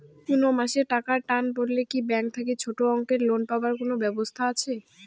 কুনো মাসে টাকার টান পড়লে কি ব্যাংক থাকি ছোটো অঙ্কের লোন পাবার কুনো ব্যাবস্থা আছে?